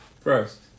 First